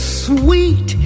sweet